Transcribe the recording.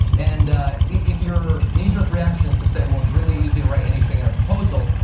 and if you're knee-jerk reaction is to say, well it's really easy to write anything in a proposal,